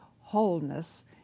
wholeness